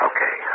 Okay